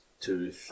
two